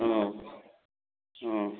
অঁ অঁ